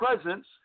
presence